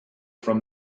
from